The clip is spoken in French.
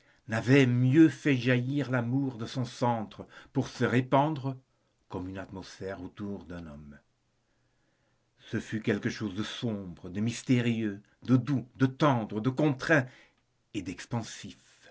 n'avait mieux fait jaillir l'amour de son centre pour se répandre comme une atmosphère autour d'un homme ce fut quelque chose de sombre de mystérieux de doux de tendre de contraint et d'expansif